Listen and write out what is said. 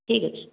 ଠିକ୍ ଅଛି